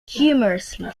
humorously